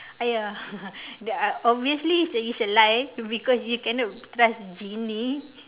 !aiya! that uh obviously it's a it's a lie because you cannot trust genie